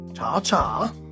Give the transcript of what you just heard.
Cha-cha